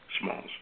Smalls